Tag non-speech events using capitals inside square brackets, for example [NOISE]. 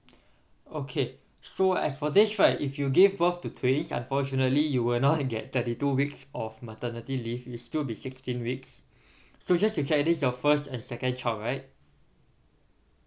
okay so as for this right if you give birth to twins unfortunately you will not [LAUGHS] get thirty two weeks of maternity leave you still be sixteen weeks [BREATH] so just to check this is your first and second child right